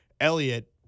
Elliot